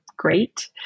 Great